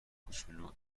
کوچولو